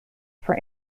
for